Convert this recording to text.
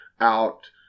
out